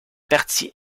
partie